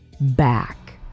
back